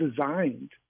designed